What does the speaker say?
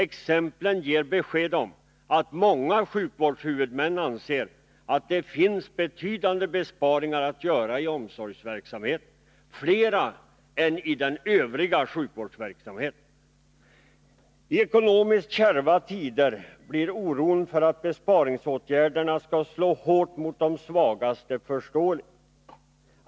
Exemplen ger besked om att många sjukvårdshuvudmän anser att det finns betydande besparingar att göra i omsorgsverksamheten — flera än i den övriga sjukvårdsverksamheten. I ekonomiskt kärva tider blir oron för att besparingsåtgärderna skall slå hårt mot de svagaste förståelig.